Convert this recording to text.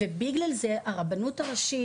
ובגלל זה הרבנות הראשית,